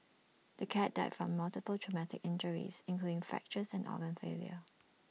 the cat died from multiple traumatic injuries including fractures and organ failure